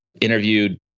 interviewed